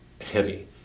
heavy